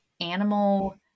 animal